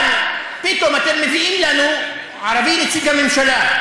אבל פתאום אתם מביאים לנו ערבי נציג הממשלה.